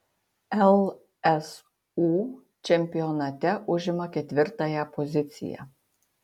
lsu čempionate užima ketvirtąją poziciją